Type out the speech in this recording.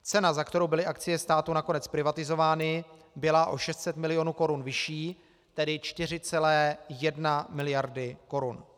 Cena, za kterou byly akcie státu nakonec privatizovány, byla o 600 milionů korun vyšší, tedy 4,1 miliardy korun.